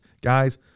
Guys